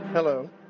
Hello